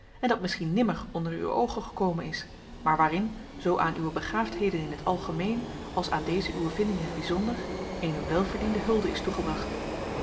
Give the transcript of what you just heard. en dat misschien nimmer onder uwe oogen gekomen is maar waarin zoo aan uwe begaafdheden in het algemeen als aan deze uwe vinding in t bijzonder eene welverdiende hulde is toegebracht